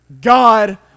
God